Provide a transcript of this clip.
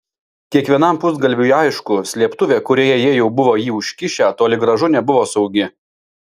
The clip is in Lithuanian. kiekvienam pusgalviui aišku slėptuvė kurioje jie jau buvo jį užkišę toli gražu nebuvo saugi